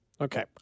Okay